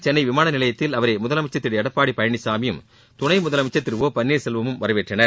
சென்னை விமான நிலையத்தில் முன்னதாக அவரை முதலமைச்சா் திரு எடப்பாடி பழனிசாமியும் துணை முதலனமச்சா் திரு ஒ பன்னீர்செல்வம் வரவேற்றனர்